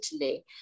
Italy